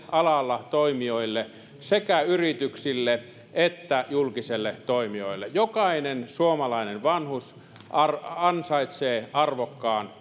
alan toimijoille sekä yrityksille että julkisille toimijoille jokainen suomalainen vanhus ansaitsee arvokkaan